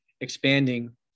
expanding